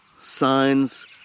signs